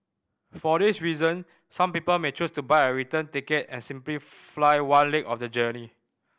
for this reason some people may choose to buy a return ticket and simply fly one leg of the journey